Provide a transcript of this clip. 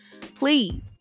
please